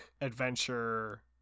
adventure